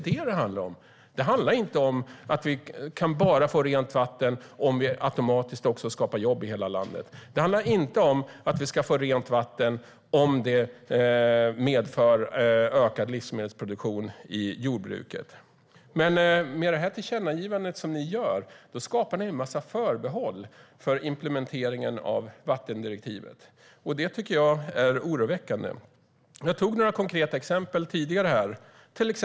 Det handlar inte om att vi bara kan få rent vatten om vi automatiskt också skapar jobb i hela landet. Det handlar inte om att vi ska få rent vatten om det medför ökad livsmedelsproduktion i jordbruket. Med det tillkännagivande ni gör skapar ni en massa förbehåll för implementeringen av vattendirektivet. Det tycker jag är oroväckande. Jag tog upp några konkreta exempel tidigare.